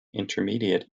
intermediate